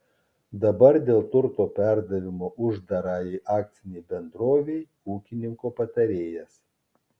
dabar dėl turto perdavimo uždarajai akcinei bendrovei ūkininko patarėjas